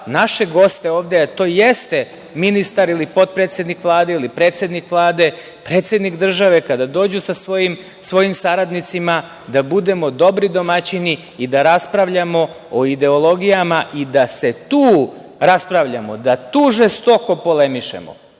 naše goste ovde, a to jeste ministar ili potpredsednik Vlade ili predsednik Vlade, predsednik države, kada dođu sa svojim saradnicima, da budemo dobri domaćini i da raspravljamo o ideologijama i da se tu raspravljamo, da tu žestoko polemišemo,